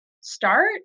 start